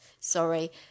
sorry